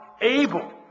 able